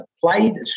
played